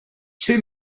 two